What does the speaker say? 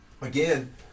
Again